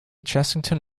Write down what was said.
chessington